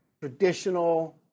Traditional